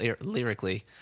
lyrically